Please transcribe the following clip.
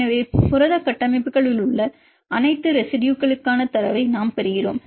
எனவே புரத கட்டமைப்புகளில் உள்ள அனைத்து ரெசிடுயுகளுக்கான தரவை நாம் பெறுகிறோம்